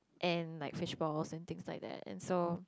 and like fishballs and things like that and so